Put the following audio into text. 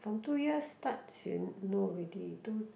from two years start she know already two